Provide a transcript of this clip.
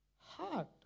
heart